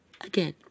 Again